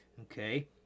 Okay